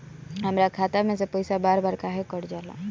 हमरा खाता में से पइसा बार बार काहे कट जाला?